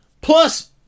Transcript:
Plus